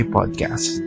Podcast